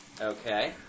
Okay